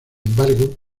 embargo